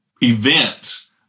events